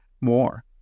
more